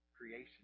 Creation